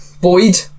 Boyd